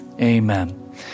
amen